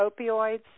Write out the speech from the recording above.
opioids